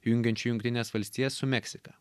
jungiančių jungtines valstijas su meksika